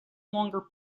longer